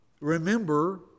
Remember